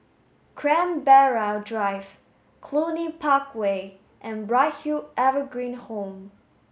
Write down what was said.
Canberra Drive Cluny Park Way and Bright Hill Evergreen Home